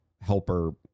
helper